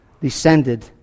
descended